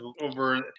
over